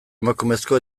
emakumezko